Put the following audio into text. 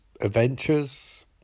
adventures